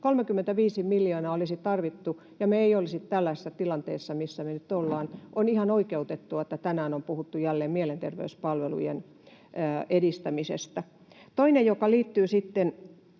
35 miljoonaa olisi tarvittu, ja me emme olisi tällaisessa tilanteessa, missä me nyt olemme. On ihan oikeutettua, että tänään on puhuttu jälleen mielenterveyspalvelujen edistämisestä. Toinen asia liittyy sitten